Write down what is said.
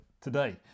today